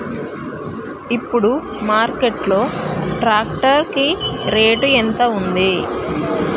ఇప్పుడు మార్కెట్ లో ట్రాక్టర్ కి రేటు ఎంత ఉంది?